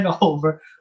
over